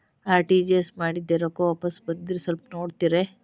RTGS ಮಾಡಿದ್ದೆ ರೊಕ್ಕ ವಾಪಸ್ ಬಂದದ್ರಿ ಸ್ವಲ್ಪ ನೋಡ್ತೇರ?